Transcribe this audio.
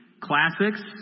classics